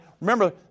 Remember